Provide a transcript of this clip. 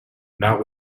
not